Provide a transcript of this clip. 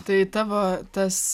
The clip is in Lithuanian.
tai tavo tas